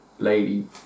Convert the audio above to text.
lady